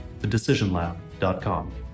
thedecisionlab.com